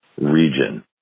region